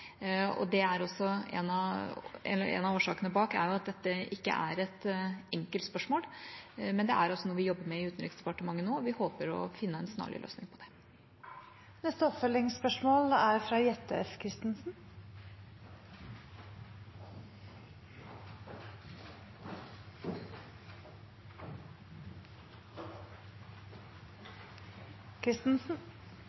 En av årsakene til det er at det ikke er et enkelt spørsmål. Men det er noe vi jobber med i Utenriksdepartementet nå, og vi håper å finne en snarlig løsning på det. Jette F. Christensen – til oppfølgingsspørsmål.